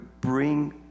bring